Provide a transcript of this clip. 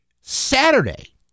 Saturday